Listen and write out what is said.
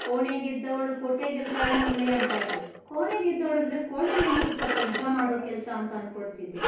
ಕೋಣೆ ಗೆದ್ದವಳು ಕೋಟೆ ಗೆಲ್ತಾಳೆ ಮಗಳೇ ಅಂತ ಇದ್ರು ಕೋಣೆ ಗೆದ್ದವಳು ಅಂದ್ರೆ ಕೋಣೆಲೇನಿರುತ್ತಪ್ಪ ಯುದ್ಧ ಮಾಡೋ ಕೆಲಸ ಅಂತ ಅಂದ್ಕೊಳ್ತಿದ್ದೆ